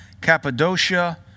Cappadocia